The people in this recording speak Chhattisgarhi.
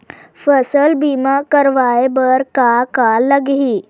फसल बीमा करवाय बर का का लगही?